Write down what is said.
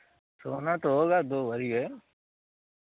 सोना तो होगा दो भरी है